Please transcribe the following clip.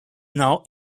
now